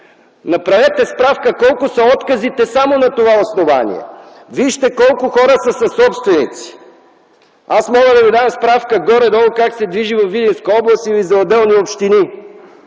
Направете справка колко са отказите само на това основание! Вижте колко хора са съсобственици. Аз мога да Ви дам справка горе-долу как се движат бройките във Видинска област или за отделни общини